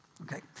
okay